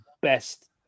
best